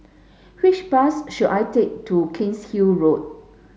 which bus should I take to Cairnhill Road